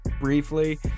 briefly